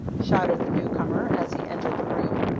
shouted the new-comer as he entered the room,